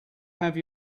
have